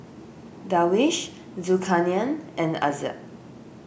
Darwish Zulkarnain and Izzat